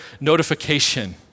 notification